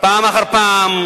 פעם אחר פעם.